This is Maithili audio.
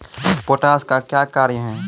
पोटास का क्या कार्य हैं?